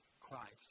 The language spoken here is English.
Christ